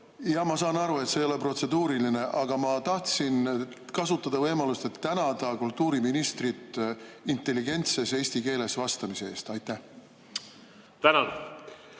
Ma saan aru, et see ei ole protseduuriline, aga ma tahtsin kasutada võimalust, et tänada kultuuriministrit intelligentses eesti keeles vastamise eest. Aitäh!